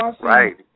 Right